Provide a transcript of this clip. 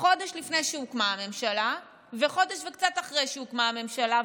חודש לפני שהוקמה הממשלה וחודש וקצת אחרי שהוקמה הממשלה.